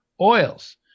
oils